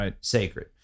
sacred